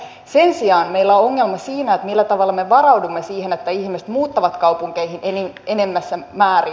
sen sijaan meillä on ongelma siinä millä tavalla me varaudumme siihen että ihmiset muuttavat kaupunkeihin enemmässä määrin